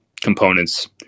components